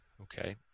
Okay